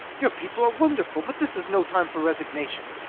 your people are wonderful, but this is no time for resignation.